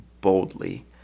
boldly